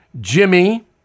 Jimmy